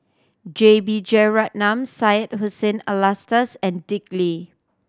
J B Jeyaretnam Syed Hussein Alatas and Dick Lee